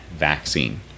vaccine